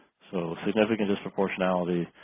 so significant disproportionality